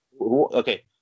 Okay